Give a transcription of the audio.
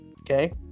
okay